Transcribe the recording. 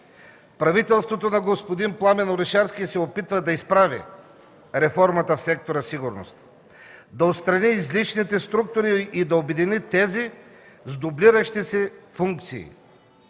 Правителството на господин Пламен Орешарски се опитва да изправи реформата в сектора „Сигурност”, да отстрани излишните структури и да обедини тези с дублиращи се функции,